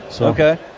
Okay